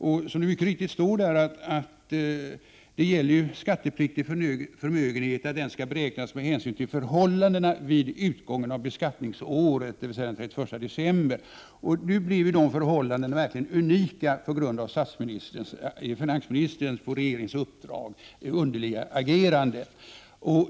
Det står mycket riktigt i svaret att den skattepliktiga förmögenheten skall beräknas med hänsyn till förhållandena vid utgången av beskattningsåret, dvs. den 31 december 1988. Nu blev förhållandena verkligen unika på grund av finansministerns, på regeringens uppdrag, underliga agerande.